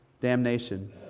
damnation